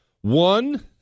One